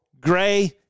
gray